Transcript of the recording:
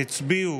הצביעו